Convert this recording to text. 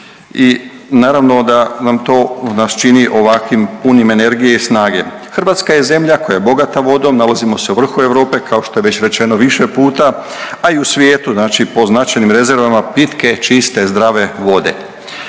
i naravno da nam to nas čini ovakim punim energije i snage. Hrvatska je zemlja koja je bogata vodom nalazimo se u vrhu Europe kao što je već rečeno više puta, a i u svijetu znači po značajnim rezervama pitke, čiste, zdrave vode.